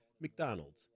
McDonald's